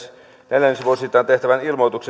neljännesvuosittain tehtävän